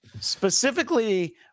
specifically